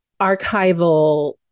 archival